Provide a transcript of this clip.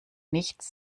nichts